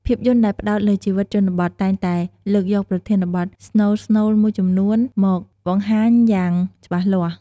ភាពយន្តដែលផ្តោតលើជីវិតជនបទ តែងតែលើកយកប្រធានបទស្នូលៗមួយចំនួនមកបង្ហាញយ៉ាងច្បាស់លាស់។